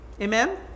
Amen